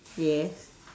yes